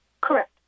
Correct